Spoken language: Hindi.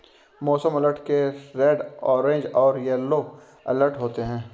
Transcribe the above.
मौसम अलर्ट के रेड ऑरेंज और येलो अलर्ट होते हैं